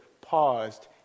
paused